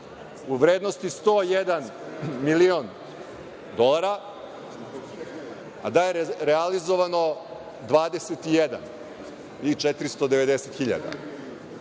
u vrednosti 101 milion dolara, a da je realizovano 21 i 490 hiljada